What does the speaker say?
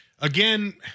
Again